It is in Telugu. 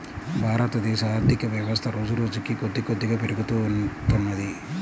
భారతదేశ ఆర్ధికవ్యవస్థ రోజురోజుకీ కొద్దికొద్దిగా పెరుగుతూ వత్తున్నది